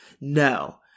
no